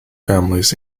families